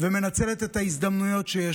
ומנצלת את ההזדמנויות שיש.